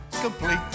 complete